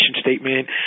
statement